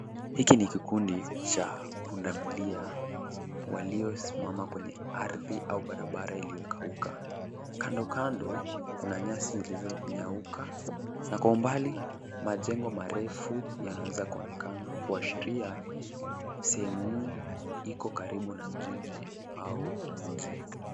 Hiki ni kikundi cha pundamilia waliosimama kwenye ardhi au barabara iliyokauka. Kando kando kuna nyasi zilizonyauka na kwa umbali, majengo marefu yanaweza kuonekana kuashiria sehemu hii iko karibu na jiji au mji.